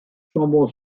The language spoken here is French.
chambon